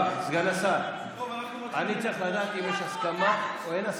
אני צריך לדעת אם יש הסכמה או אין הסכמה.